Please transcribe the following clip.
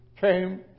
came